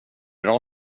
bra